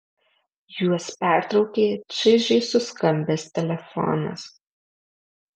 juos pertraukė čaižiai suskambęs telefonas